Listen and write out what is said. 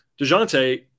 DeJounte